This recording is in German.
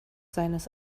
seines